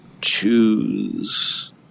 Choose